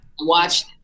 watch